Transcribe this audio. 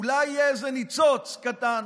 אולי יהיה איזה ניצוץ קטן